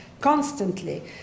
constantly